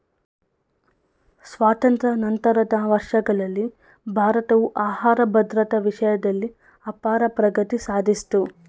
ಸ್ವಾತಂತ್ರ್ಯ ನಂತರದ ವರ್ಷಗಳಲ್ಲಿ ಭಾರತವು ಆಹಾರ ಭದ್ರತಾ ವಿಷಯ್ದಲ್ಲಿ ಅಪಾರ ಪ್ರಗತಿ ಸಾದ್ಸಿತು